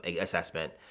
assessment